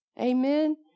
Amen